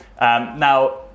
now